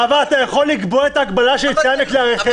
אבל דיברנו על פרנסה.